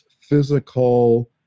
physical